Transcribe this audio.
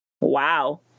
Wow